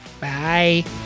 Bye